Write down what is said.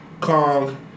Kong